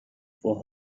for